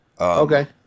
Okay